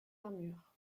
armures